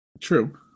True